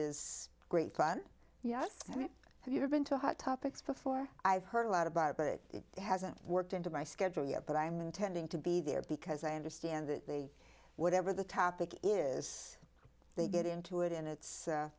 is great fun yes i mean you have been to hot topics before i've heard a lot about it but it hasn't worked into my schedule yet but i'm intending to be there because i understand that the whatever the topic is they get into it and it's